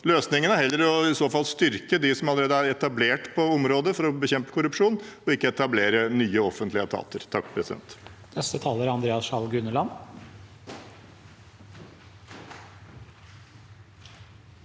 løsningen er i så fall heller å styrke dem som allerede er etablert på området for å bekjempe korrupsjon, og ikke å etablere nye offentlige etater.